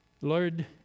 Lord